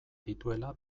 dituela